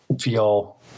feel